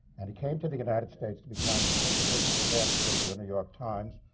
and he came to the united states to become principal dance critic of the new york times,